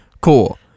cool